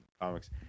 comics